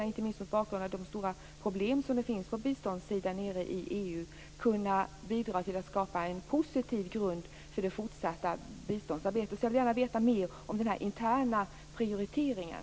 Inte minst mot bakgrund av de stora problem som finns på biståndssidan nere i EU skulle vi kunna bidra till att skapa en positiv grund för det fortsatta biståndsarbetet. Jag vill alltså gärna veta mer om den interna prioriteringen.